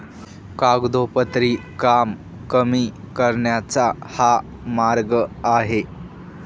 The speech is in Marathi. कागदोपत्री काम कमी करण्याचा हा मार्ग आहे